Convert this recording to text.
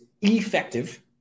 effective